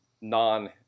non